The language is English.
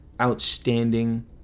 outstanding